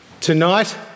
Tonight